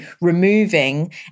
removing